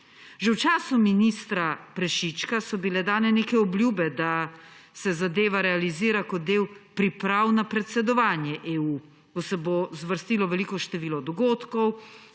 Že v času ministra Prešička so bile dane neke obljube, da se zadeva realizira kot del priprav na predsedovanje EU, ko se bo zvrstilo veliko število dogodkov,